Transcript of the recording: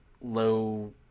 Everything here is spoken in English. low